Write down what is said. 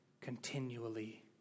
continually